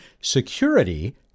Security